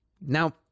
Now